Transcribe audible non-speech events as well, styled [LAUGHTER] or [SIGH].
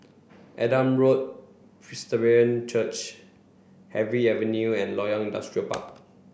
Adam Road [NOISE] [UNINTELLIGIBLE] Church Harvey Avenue and Loyang Industrial Park